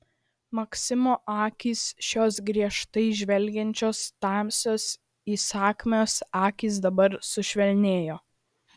maksimo akys šios griežtai žvelgiančios tamsios įsakmios akys dabar sušvelnėjo